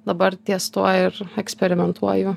dabar ties tuo ir eksperimentuoju